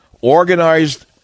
Organized